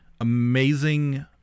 amazing